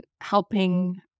helping